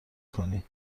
کنی